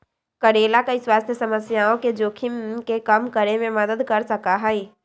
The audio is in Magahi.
करेला कई स्वास्थ्य समस्याओं के जोखिम के कम करे में मदद कर सका हई